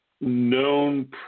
known